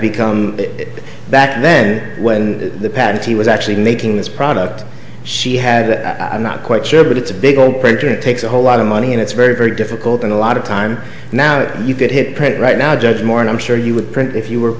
become it back then when the patent he was actually making this product she had i not quite sure but it's a big old printer it takes a whole lot of money and it's very very difficult and a lot of time now that you could hit print right now judge moore and i'm sure you would print if you were